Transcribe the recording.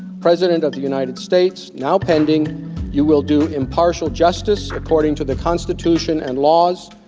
president of the united states? now pending you will do impartial justice according to the constitution and laws,